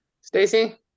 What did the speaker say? stacy